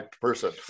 person